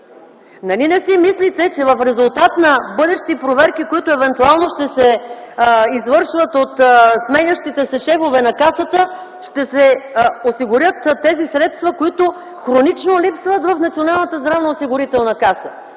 Нали не си мислите, че в резултат на бъдещи проверки, които евентуално ще се извършват от сменящите се шефове на Касата, ще се осигурят тези средства, които хронично липсват в Националната здравноосигурителна каса?!